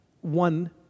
one